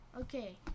Okay